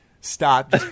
stop